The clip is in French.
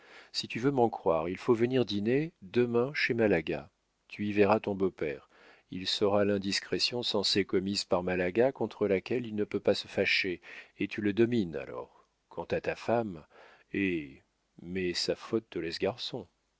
si tu veux m'en croire il faut venir dîner demain chez malaga tu y verras ton beau-père il saura l'indiscrétion censée commise par malaga contre laquelle il ne peut pas se fâcher et tu le domines alors quant à ta femme eh mais sa faute te laisse garçon